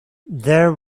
there